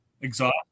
Exhaust